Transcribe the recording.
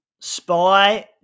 Spy